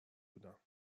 بودم